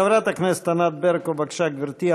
חברת הכנסת ענת ברקו, בבקשה, גברתי.